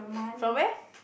from where